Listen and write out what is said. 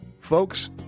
Folks